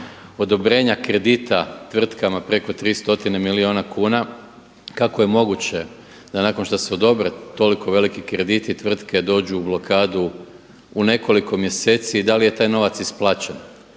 odobrenja kredita tvrtkama preko 300 milijuna kuna. Kako je moguće da nakon što se odobre toliko veliki krediti tvrtke dođu u blokadu u nekoliko mjeseci i da li je taj novac isplaćen?